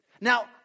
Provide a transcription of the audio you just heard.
Now